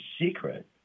secret